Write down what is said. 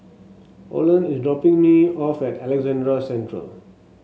Olen is dropping me off at Alexandra Central